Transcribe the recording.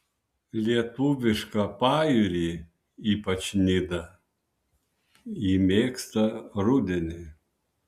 lietuvišką pajūrį ypač nidą ji mėgsta rudenį